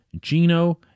Gino